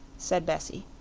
said bessie.